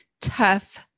tough